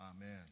Amen